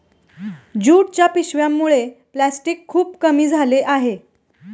ज्यूटच्या पिशव्यांमुळे प्लॅस्टिक खूप कमी झाले आहे